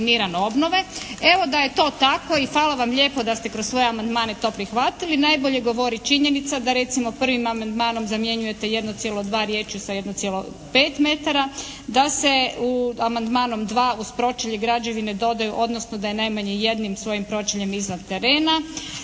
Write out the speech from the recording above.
Evo da je to tako i hvala vam lijepo da ste kroz svoje amandmane to prihvatili, najbolje govori činjenica da recimo prvim amandmanom zamjenjujete 1,2 riječi sa 1,5 metara. Da se amandmanom dva uz pročelje građevine dodaju, odnosno da je najmanje jednim svojim pročeljem iznad terena.